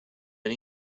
and